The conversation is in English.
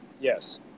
Yes